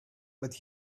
but